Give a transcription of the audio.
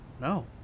No